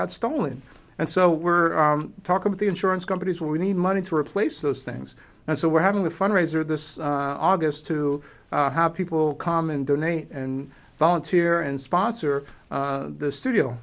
got stolen and so we're talking with the insurance companies where we need money to replace those things and so we're having a fundraiser this august to how people come and donate and volunteer and sponsor the studio